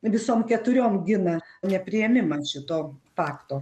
visom keturiom gina nepriėmimą šito fakto